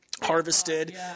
harvested